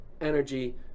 energy